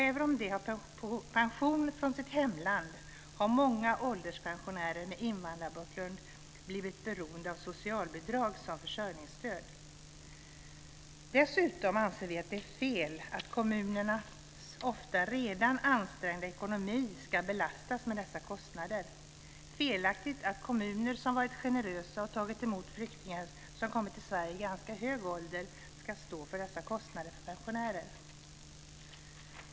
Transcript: Även om de har pension från sitt hemland har många ålderspensionärer med invandrarbakgrund blivit beroende av socialbidrag som försörjningsstöd. Dessutom anser vi att det är fel att kommunernas ofta redan ansträngda ekonomi ska belastas med dessa kostnader. Det är felaktigt att kommuner som varit generösa och tagit emot flyktingar som kommit till Sverige i ganska hög ålder ska stå för dessa kostnader för pensionärer.